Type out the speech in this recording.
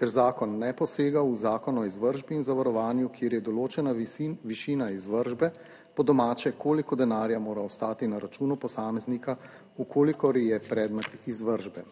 ker zakon ne posega v Zakon o izvršbi in zavarovanju, kjer je določena višina, višina izvršbe, po domače, koliko denarja mora ostati na računu posameznika, v kolikor je predmet izvršbe.